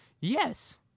yes